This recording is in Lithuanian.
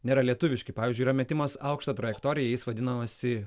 nėra lietuviški pavyzdžiui yra metimas aukšta trajektorija jis vadinosi